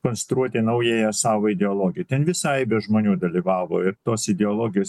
konstruoti naująją savo ideologiją ten visai be žmonių dalyvavo ir tos ideologijos